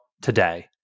today